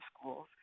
schools